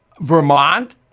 Vermont